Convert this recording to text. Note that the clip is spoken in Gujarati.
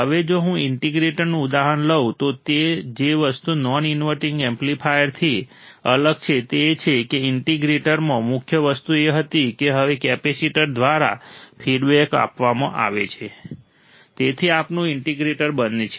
હવે જો હું ઇન્ટિગ્રેટરનું ઉદાહરણ લઉં તો જે વસ્તુ નોન ઇન્વર્ટિંગ એમ્પ્લીફાયરથી અલગ છે તે એ છે કે ઇન્ટિગ્રેટરમાં મુખ્ય વસ્તુ એ હતી કે હવે કેપેસિટર દ્વારા ફીડબેક આપવામાં આવે છે જેથી તે આપણું ઇન્ટિગ્રેટર બને છે